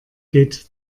geht